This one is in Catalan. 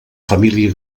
família